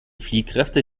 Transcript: fliehkräfte